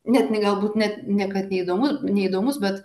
net ne galbūt net ne kad neįdomu neįdomus bet